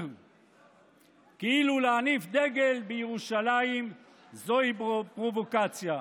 כאילו להניף דגל בירושלים זו פרובוקציה.